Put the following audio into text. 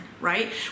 right